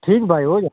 ठीक भाई हो जा